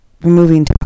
removing